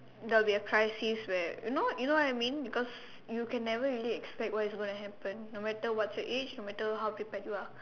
there'll be a crisis where you know you know what I mean because you can never really expect like what is going to happen no matter what's your age no matter how prepared you are